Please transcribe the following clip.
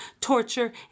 torture